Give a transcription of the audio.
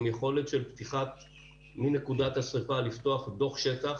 עם יכולת מנקודת הפתיחה לפתוח דוח שטח,